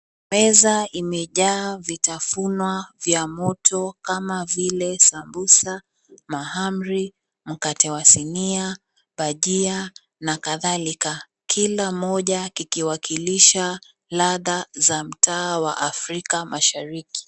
Meza imejaa vitafunwa vya moto kama vile; sambusa, mahamri, mkate wa sinia bajia na kadhalika, kila moja kikiwakilisha ladha za mtaa wa Afrika mashariki.